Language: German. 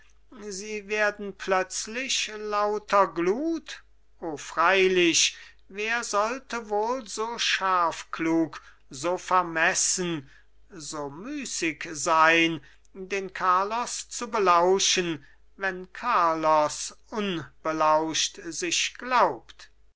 sie werden plötzlich lauter glut o freilich wer sollte wohl so scharfklug so vermessen so müßig sein den carlos zu belauschen wenn carlos unbelauscht sich glaubt